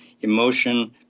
emotion